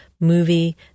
movie